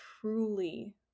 truly